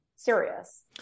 serious